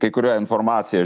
kai kurią informaciją